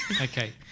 Okay